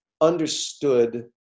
understood